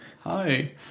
hi